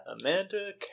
Amanda